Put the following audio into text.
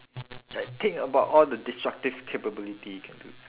like think about all the destructive capability you can do